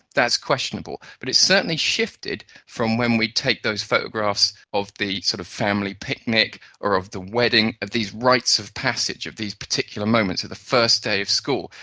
that's questionable. but it's certainly shifted from when we'd take those photographs of the sort of family picnic or of the wedding, of these rites of passage, of these particular moments, the first day of school,